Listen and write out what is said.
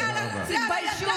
זה אתם, זה אתם.